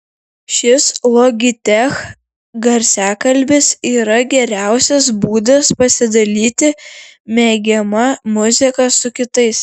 šis logitech garsiakalbis yra geriausias būdas pasidalyti mėgiama muzika su kitais